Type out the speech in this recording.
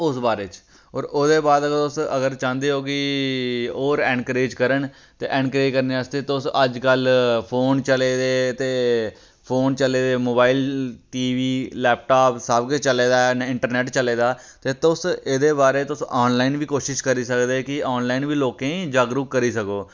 उस बारे च होर बाद तुस अगर चाह्ंदे ओ कि होर अनक्रेज़ करन ते अनक्रेज़ करने आस्तै तुस अज्जकल फोन चले दे ते फोन चले दे मोबाइल टी वी लैपटैप सब किश चले दा ऐ इंटरनेट चले दा ते तुस एह्दे बारे च तुस आनलाइन बी कोशश करी सकदे कि आनलाइन बी लोकें गी जागरूक करी सको